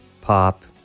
pop